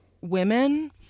women